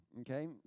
okay